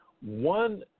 One